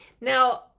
Now